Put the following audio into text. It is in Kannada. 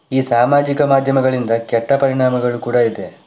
ಈ ಸಾಮಾಜಿಕ ಮಾಧ್ಯಮಗಳಿಂದ ಕೆಟ್ಟ ಪರಿಣಾಮಗಳು ಕೂಡ ಇದೆ